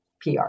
PR